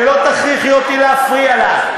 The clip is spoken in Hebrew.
שלא תכריחי אותי להפריע לך.